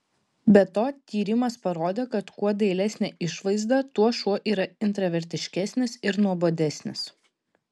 be to tyrimas parodė kad kuo dailesnė išvaizda tuo šuo yra intravertiškesnis ir nuobodesnis